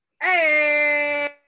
Hey